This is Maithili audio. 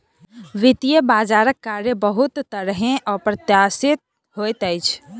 वित्तीय बजारक कार्य बहुत तरहेँ अप्रत्याशित होइत अछि